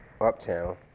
Uptown